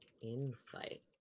insight